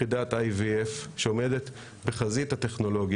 אנחנו שומעים על יחידות שעובדות באמצע הלילה,